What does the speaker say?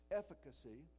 efficacy